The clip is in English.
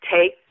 take